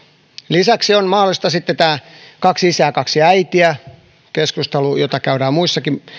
lisäksi on mahdollista sitten tämä kaksi isää kaksi äitiä keskustelu jota käydään muissakin